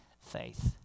faith